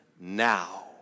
now